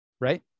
right